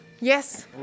Yes